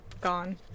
gone